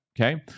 okay